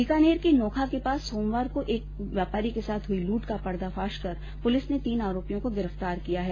बीकानेर के नोखा के पास सोमवार को एक व्यापारी के साथ हुई लूट का पर्दाफाश कर तीन आरोपियों को गिरफ्तार किया है